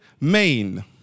Maine